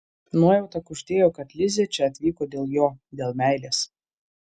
nuojauta kuždėjo kad lizė čia atvyko dėl jo dėl meilės